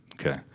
Okay